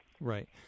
Right